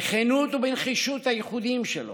בכנות ובנחישות הייחודיות לו